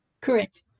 Correct